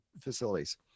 facilities